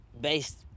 based